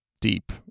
deep